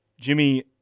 Jimmy